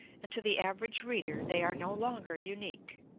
and to the average reader they are no longer unique.